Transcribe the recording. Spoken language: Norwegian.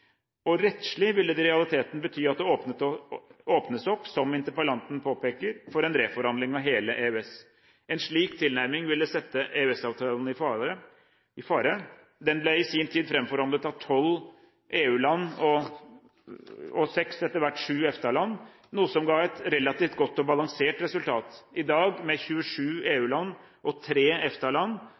av. Rettslig ville det i realiteten bety at det åpnes opp for – som interpellanten påpeker – en reforhandling av hele EØS. En slik tilnærming ville sette EØS-avtalen i fare. Den ble i sin tid fremforhandlet av tolv EU-land og seks – etter hvert sju – EFTA-land, noe som ga et relativt godt og balansert resultat. I dag – med 27 EU-land og